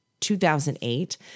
2008